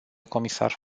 comisar